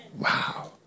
Wow